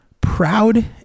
proud